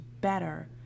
better